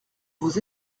vous